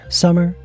summer